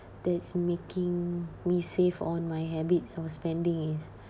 that's making me save on my habits of spending is